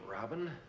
Robin